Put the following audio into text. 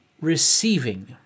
receiving